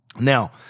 Now